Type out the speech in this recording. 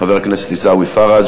חבר הכנסת עיסאווי פרג',